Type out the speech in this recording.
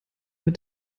mit